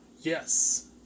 Yes